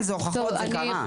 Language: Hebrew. זה קרה.